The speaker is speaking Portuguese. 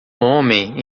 homem